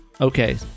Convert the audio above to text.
Okay